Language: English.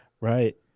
Right